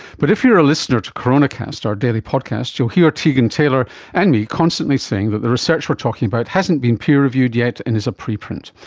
but if you are a listener to coronacast, our daily podcast, you'll hear tegan taylor and me constantly saying that the research we are talking about hasn't been peer reviewed yet and is a preprint.